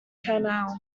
canal